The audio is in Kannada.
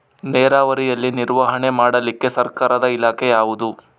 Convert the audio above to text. ನೇರಾವರಿಯಲ್ಲಿ ನಿರ್ವಹಣೆ ಮಾಡಲಿಕ್ಕೆ ಸರ್ಕಾರದ ಇಲಾಖೆ ಯಾವುದು?